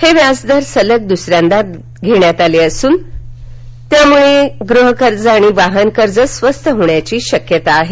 हे व्याजदर सलग दुसऱ्यांदा घेण्यात आले असून त्यामुळे गृहकर्ज आणि वाहनकर्ज स्वस्त होण्याची शक्यता आहे